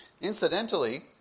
Incidentally